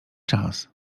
czas